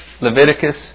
Leviticus